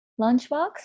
lunchbox